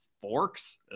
forks